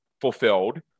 fulfilled